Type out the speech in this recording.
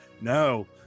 No